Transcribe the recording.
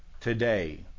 Today